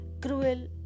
cruel